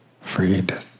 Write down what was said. Freed